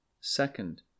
Second